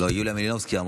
יוליה מלינובסקי.